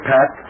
Pat